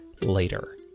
later